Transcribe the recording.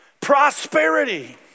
prosperity